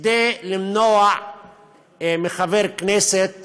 כדי למנוע מחבר כנסת